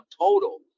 total